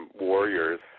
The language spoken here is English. warriors